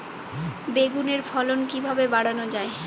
বেগুনের ফলন কিভাবে বাড়ানো যায়?